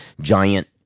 giant